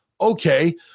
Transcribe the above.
Okay